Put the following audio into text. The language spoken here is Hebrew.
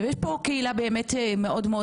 יש פה קהילה גדולה.